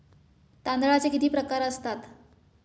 तांदळाचे किती प्रकार असतात?